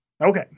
Okay